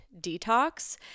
detox